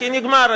כי נגמר,